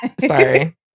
Sorry